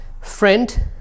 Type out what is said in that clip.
Friend